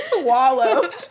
swallowed